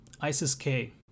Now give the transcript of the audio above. ISIS-K